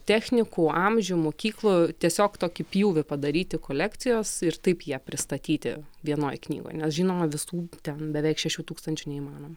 technikų amžių mokyklų tiesiog tokį pjūvį padaryti kolekcijos ir taip ją pristatyti vienoj knygoj nes žinoma visų ten beveik šešių tūkstančių neįmanoma